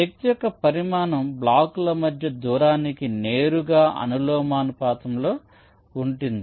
శక్తి యొక్క పరిమాణం బ్లాకుల మధ్య దూరానికి నేరుగా అనులోమానుపాతంలో ఉంటుంది